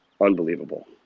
unbelievable